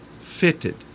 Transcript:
fitted